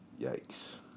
Yikes